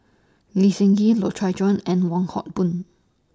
Lee Seng Gee Loy Chye Chuan and Wong Hock Boon